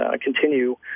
continue